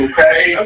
Okay